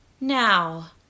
Now